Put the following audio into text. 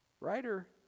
Writer